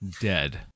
Dead